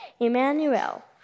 Emmanuel